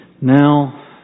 now